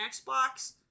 Xbox